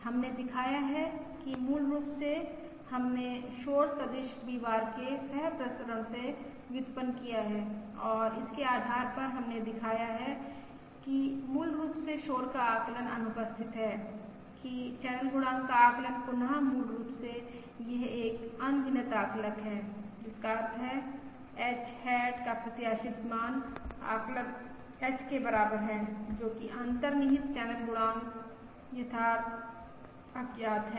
हमने दिखाया है कि मूल रूप से हमने शोर सदिश V बार के सहप्रसरण से व्युत्पन्न किया है और इसके आधार पर हमने दिखाया है कि मूल रूप से शोर का आकलन अनुपस्थित है कि चैनल गुणांक का आकलन पुनः मूल रूप से यह एक अनभिनत आकलक है जिसका अर्थ है H हैट का प्रत्याशित मान आकलन H के बराबर है जो कि अंतर्निहित चैनल गुणांक यथार्थ अज्ञात है